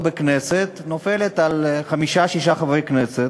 הכנסת נופלת על חמישה-שישה חברי כנסת.